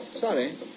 sorry